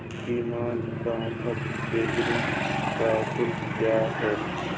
Demand draft भेजने का शुल्क क्या है?